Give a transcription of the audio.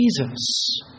Jesus